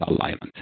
alignment